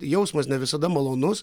jausmas ne visada malonus